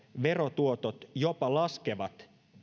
verotuotot jopa laskevat